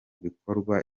bikorwa